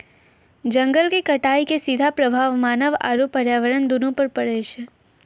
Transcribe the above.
जंगल के कटाइ के सीधा प्रभाव मानव आरू पर्यावरण दूनू पर पड़ै छै